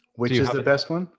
which is the best one?